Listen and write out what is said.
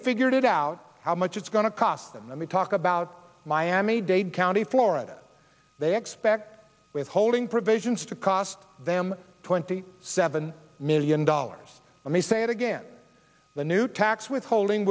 figured out how much it's going to cost and we talk about miami dade county florida they expect withholding provisions to cost them twenty seven million dollars let me say it again the new tax withholding